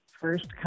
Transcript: First